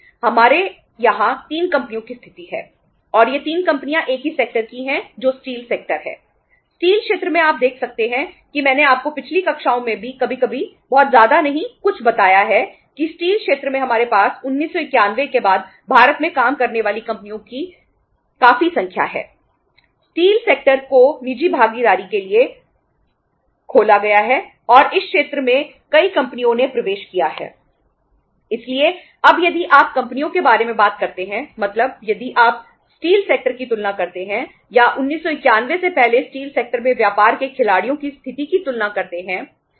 हमारे यहां 3 कंपनियों की स्थिति है और ये 3 कंपनियां एक ही सेक्टर क्षेत्र में हमारे पास 1991 के बाद भारत में काम करने वाली कंपनियों की काफी संख्या है